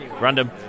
Random